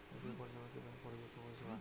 UPI পরিসেবা কি bank বর্হিভুত পরিসেবা?